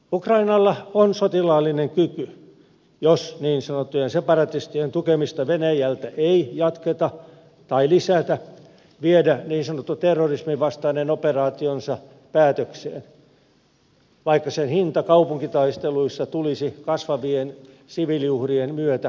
ukrainalla on sotilaallinen kyky jos niin sanottujen separatistien tukemista venäjältä ei jatketa tai lisätä viedä niin sanottu terrorisminvastainen operaationsa päätökseen vaikka sen hinta kaupunkitaisteluissa tulisi kasvavien siviiliuhrien myötä kalliiksikin